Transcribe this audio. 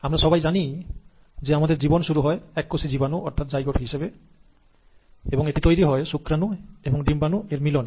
আমরা সবাই জানি যে আমাদের জীবন শুরু হয় এককোষী জীবাণু অর্থাৎ জাইগোট হিসেবে এবং এটি তৈরি হয় শুক্রাণু এবং ডিম্বাণু এর মিলনে